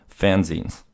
fanzines